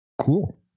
Cool